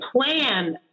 plan